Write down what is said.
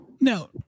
No